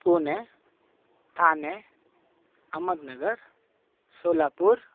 Pune Thane Ahmednagar Solapur